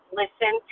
listen